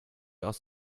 aus